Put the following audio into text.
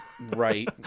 Right